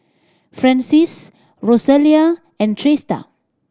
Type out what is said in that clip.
Francies Rosalia and Trista